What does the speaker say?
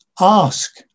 ask